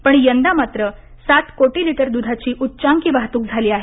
पण यंदा मात्र सात कोटी लिटर दुधाची उच्चांकी वाहतूक झाली आहे